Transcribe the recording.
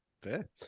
Fair